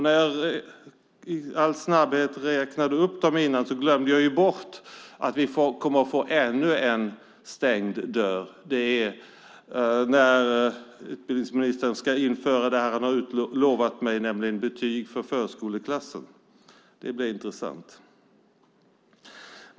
När jag räknade upp dem förut glömde jag att vi kommer att få ännu en stängd dörr, nämligen när utbildningsministern ska införa betyg för förskoleklasser som han har utlovat. Det blir intressant.